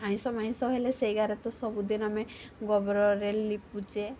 ଆଇଁଷ ମାଇଁଷ ହେଲେ ସେଇ ଘରେ ତ ସବୁଦିନ ଆମେ ଗୋବରରେ ଲିପୁଛେ